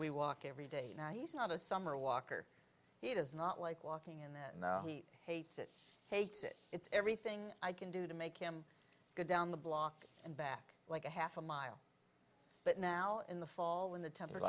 we walk every day now he's not a summer walker he does not like walking in that he hates it hates it it's everything i can do to make him go down the block and back like a half a mile but now in the fall when the temperature